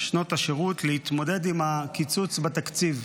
שנות השירות להתמודד עם הקיצוץ בתקציב.